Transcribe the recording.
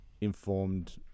informed